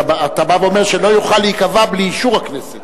אתה בא ואומר: שלא יוכל להיקבע בלי אישור הכנסת.